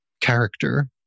character